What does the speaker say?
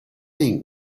thing